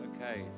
Okay